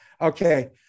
Okay